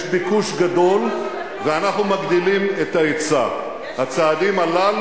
לא עשית כלום.